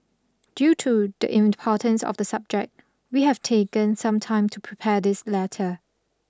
due to the importance of the subject we have taken some time to prepare this letter